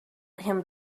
him